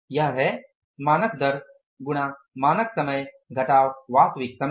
यह है मानक दर गुणा मानक समय घटाव वास्तविक समय